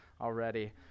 already